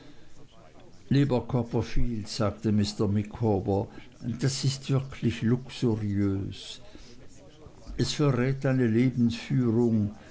lieber copperfield sagte mr micawber das ist wirklich luxuriös es verrät eine lebensführung